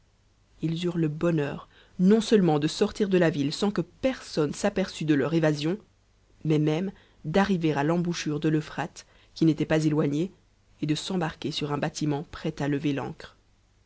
ils eurent le bonheur non seulementde tn'tic ht ville sans que personne s'aperçût de leur évasion mais même t nvet'a à l'embouchure de l'euphrale qui n'était pas éloignée et de s ctubarquer sur un bàtimeot prêt à lever l'ancré